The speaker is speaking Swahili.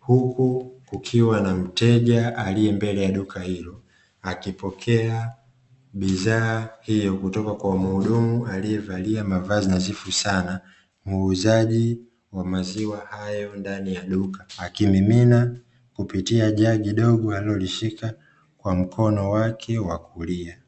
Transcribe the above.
huku kukiwa na mteja aliye mbele ya duka hilo akipokea bidhaa hiyo kutoka kwa mhudumu aliyevalia mavazi nadhifu sana, muuzaji wa maziwa hayo ndani ya duka akimimina kupitia jagi dogo alilolishika kwa mkono wake wa kulia.